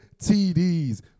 TDs